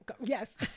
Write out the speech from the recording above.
Yes